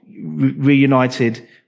reunited